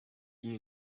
the